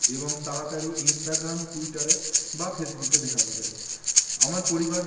এবং তাড়াতাড়ি ইনস্টাগ্রাম টুইটারে বা ফেসবুকে দেখানো যায় আমার পরিবার